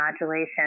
modulation